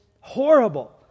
horrible